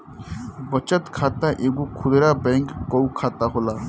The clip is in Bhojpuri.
बचत खाता एगो खुदरा बैंक कअ खाता होला